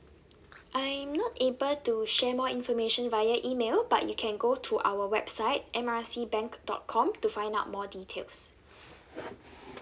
I not able to share more information via email but you can go to our website M R C bank dot com to find out more details